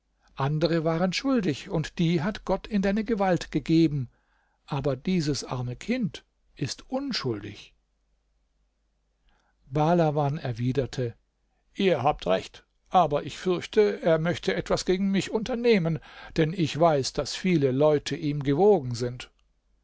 andere waren schuldig und die hat gott in deine gewalt gegeben aber dieses arme kind ist unschuldig bahlawan erwiderte ihr habt recht aber ich fürchte er möchte etwas gegen mich unternehmen denn ich weiß daß viele leute ihm gewogen sind